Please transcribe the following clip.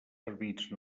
servits